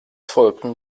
folgten